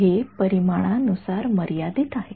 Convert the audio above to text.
हे परिमाणानुसार मर्यादित आहे